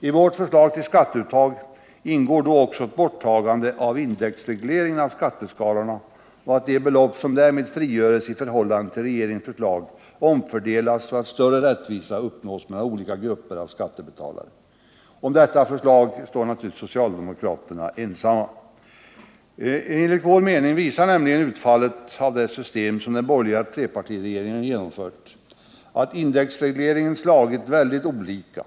I vårt försl: g till skatteuttag ingår också ett borttagande av indexregleringen av skatteskalorna och att de belopp som därmed frigörs i förhållande till regeringens förslag omfördelas, så att större rättvisa uppnås mellan olika grupper av skattebetalare. Om detta förslag är naturligtvis socialdemokraterna ensamma. Enligt vår mening visar utfallet av det system som den borgerliga trepartiregeringen genomfört att indexregleringen slagit väldigt olika.